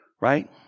right